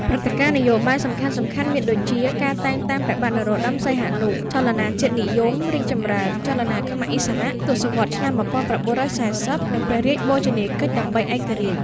ព្រឹត្តិការណ៍នយោបាយសំខាន់ៗ មានដូចជា ការតែងតាំងព្រះបាទនរោត្ដម សីហនុ ចលនាជាតិនិយមរីកចម្រើន ចលនាខ្មែរឥស្សរៈ ទសវត្សរ៍ឆ្នាំ១៩៤០ និងព្រះរាជបូជនីយកិច្ចដើម្បីឯករាជ្យ ។